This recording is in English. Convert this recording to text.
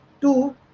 two